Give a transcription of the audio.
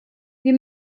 wir